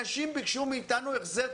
אנשים ביקשו מאתנו החזר,